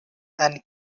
and